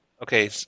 Okay